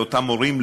לאותם מורים,